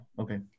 okay